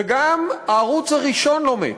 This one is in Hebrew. וגם הערוץ הראשון לא מת.